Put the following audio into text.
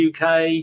UK